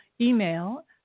email